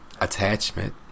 attachment